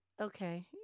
okay